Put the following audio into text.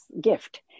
gift